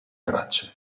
tracce